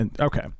Okay